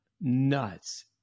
nuts